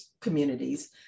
communities